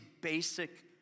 basic